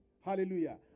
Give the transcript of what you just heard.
Hallelujah